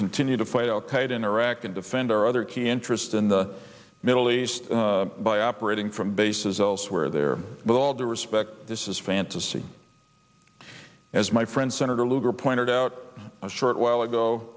continue to fight al qaeda in iraq and defend our other key interest in the middle east by operating from bases elsewhere there with all due respect this is fantasy as my friend senator lugar pointed out a short while ago